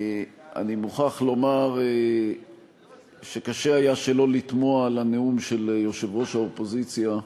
אני מוכרח לומר שקשה היה שלא לתמוה על הנאום של יושב-ראש האופוזיציה,